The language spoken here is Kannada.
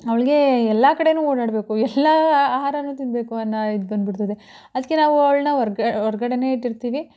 ಅವ್ಳಿಗೆ ಎಲ್ಲ ಕಡೆಯೂ ಓಡಾಡಬೇಕು ಎಲ್ಲ ಆಹಾರವೂ ತಿನ್ನಬೇಕು ಅನ್ನೋ ಇದುಬಂದ್ಬಿಡ್ತದೆ ಅದಕ್ಕೆ ನಾವು ಅವ್ಳನ್ನ ಹೊರ್ಗ ಹೊರ್ಗಡೆಯೇ ಇಟ್ಟಿರ್ತೀವಿ